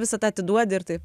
visą tą atiduodi ir taip